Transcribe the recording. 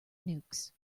nukes